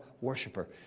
worshiper